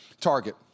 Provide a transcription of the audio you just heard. target